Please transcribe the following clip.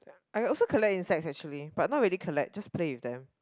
I also collect insects actually but not really collect just play with them